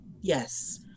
yes